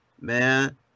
man